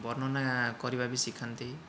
ବର୍ଣ୍ଣନା କରିବା ବି ଶିଖାନ୍ତି